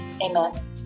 Amen